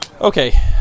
Okay